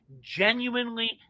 genuinely